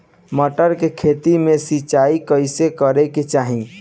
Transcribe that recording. मटर के खेती मे सिचाई कइसे करे के चाही?